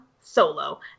Solo